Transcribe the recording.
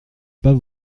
pas